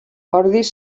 ordis